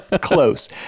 close